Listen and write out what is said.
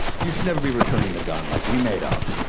you should never be returning a gun like we made up,